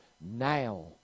Now